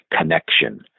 connection